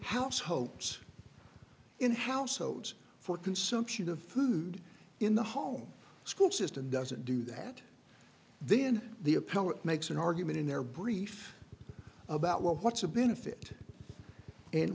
households in households for consumption of food in the home school system doesn't do that then the appellant makes an argument in their brief about what's a benefit and